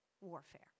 warfare